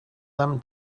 them